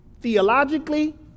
Theologically